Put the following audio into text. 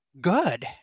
good